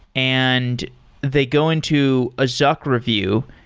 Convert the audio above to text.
and they go into a zuck review.